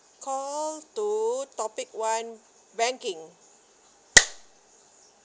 call two topic one banking